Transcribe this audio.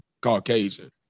Caucasian